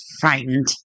frightened